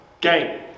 game